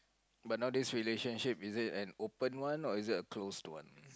but nowadays relationship is it an open one or is it a closed one